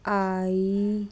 I